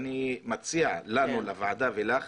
אני מציע לנו הוועדה ולך